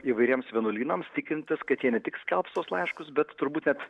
įvairiems vienuolynams tikintis kad jie ne tik skelbs tuos laiškus bet turbūt net